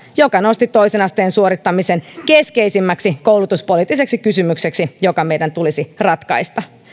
joka nosti toisen asteen suorittamisen keskeisimmäksi koulutuspoliittiseksi kysymykseksi joka meidän tulisi ratkaista